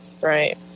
Right